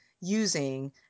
using